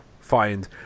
find